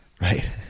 Right